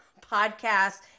podcast